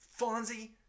Fonzie